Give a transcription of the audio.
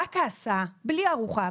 רק ההסעה לבן אדם נכה,